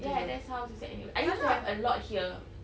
ya that's how cystic acne works I used to have a lot here